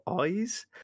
eyes